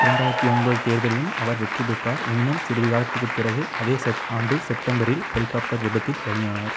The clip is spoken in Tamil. இரண்டாயிரத்தி ஒன்பது தேர்தலிலும் அவர் வெற்றி பெற்றார் எனினும் சிறிது காலத்துக்கு பிறகு அதே செப் ஆண்டு செப்டம்பரில் ஹெலிகாப்டர் விபத்தில் பலியானார்